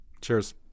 cheers